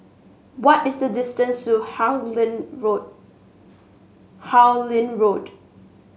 what is the distance to Harlyn Road